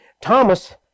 Thomas